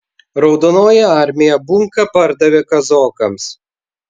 raudonoji armija bunką pardavė kazokams